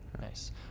nice